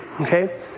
okay